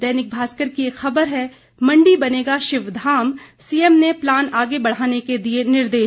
दैनिक भास्कर की एक खबर है मंडी बनेगा शिवधाम सीएम ने प्लान आगे बढ़ाने के दिए निर्देश